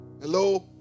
Hello